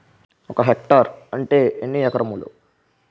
ఒక హెక్టార్ అంటే ఎన్ని ఏకరములు?